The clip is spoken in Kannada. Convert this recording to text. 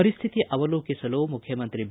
ಪರಿಸ್ಟಿತಿ ಅವಲೋಕಿಸಲು ಮುಖ್ವಮಂತ್ರಿ ಬಿ